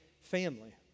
family